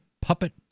puppet